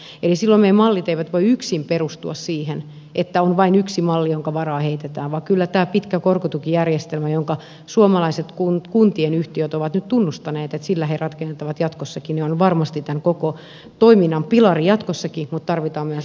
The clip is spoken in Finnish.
eli silloin meidän mallimme eivät voi yksin perustua siihen että on vain yksi malli jonka varaan heitetään vaan kyllä tämä pitkä korkotukijärjestelmä jonka suomalaiset kuntien yhtiöt ovat nyt tunnustaneet että sillä he rakentavat jatkossakin on varmasti tämän koko toiminnan pilari jatkossakin mutta tarvitaan myös uusia toimijoita